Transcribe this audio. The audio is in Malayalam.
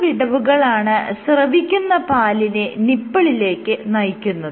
പ്രസ്തുത വിടവുകളാണ് സ്രവിക്കുന്ന പാലിനെ നിപ്പിളിലേക്ക് നയിക്കുന്നത്